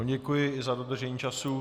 Děkuji i za dodržení času.